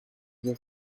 your